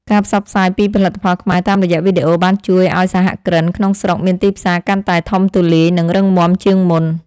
ការផ្សព្វផ្សាយពីផលិតផលខ្មែរតាមរយៈវីដេអូបានជួយឱ្យសហគ្រិនក្នុងស្រុកមានទីផ្សារកាន់តែធំទូលាយ និងរឹងមាំជាងមុន។